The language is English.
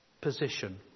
position